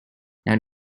now